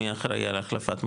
מי אחראי על החלפת מעלית?